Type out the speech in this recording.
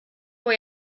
vor